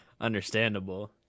Understandable